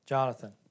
Jonathan